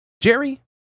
Jerry